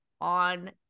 on